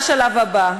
מה השלב הבא,